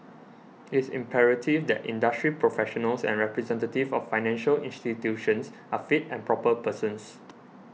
it is imperative that industry professionals and representatives of financial institutions are fit and proper persons